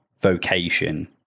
vocation